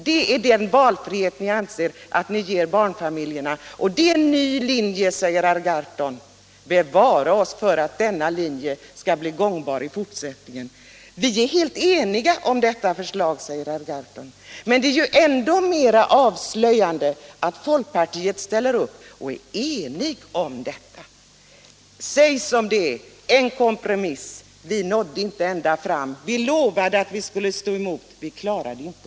Det är den valfriheten ni anser att ni ger barnfamiljerna. Bevare oss för att denna linje skall följas i fortsättningen! Vi är helt eniga om detta förslag, säger herr Gahrton. Det är mycket avslöjande att folkpartiet enigt ställer upp bakom detta förslag. Säg som det är: Detta är en kompromiss, vi nådde inte ända fram; vi lovade att stå emot, men vi klarade det inte.